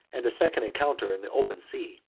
and a second encounter in the open sea.